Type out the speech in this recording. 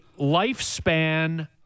lifespan